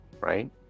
right